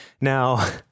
Now